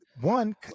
One